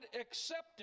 accepted